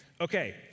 Okay